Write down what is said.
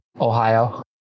Ohio